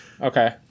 Okay